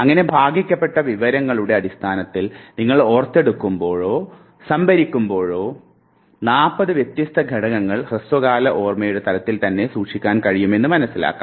അങ്ങനെ ഭാഗിക്കപ്പെട്ട വിവരങ്ങളുടെ അടിസ്ഥാനത്തിൽ നിങ്ങൾ വീണ്ടെടുക്കുമ്പോളോ സംഭരിക്കുമ്പോളോ 40 വ്യത്യസ്ത ഘടകങ്ങൾ ഹ്രസ്വകാല ഓർമ്മയുടെ തലത്തിൽ തന്നെ സൂക്ഷിക്കാൻ കഴിയുമെന്ന് മനസ്സിലാക്കാം